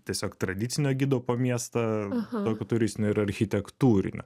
tiesiog tradicinio gido po miestą tokio turistinio ir architektūrinio